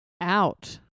out